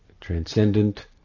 transcendent